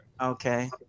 Okay